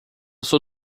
sou